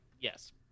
Yes